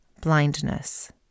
Blindness